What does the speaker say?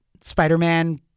Spider-Man